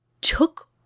took